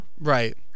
Right